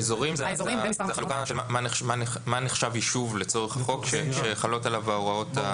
האזורים זאת החלוקה של מה נחשב יישוב לצורך החוק עליו חלות ההוראות.